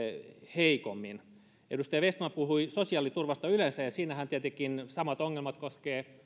heikommin edustaja vestman puhui sosiaaliturvasta yleensä ja siinähän tietenkin samat ongelmat koskevat